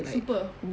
super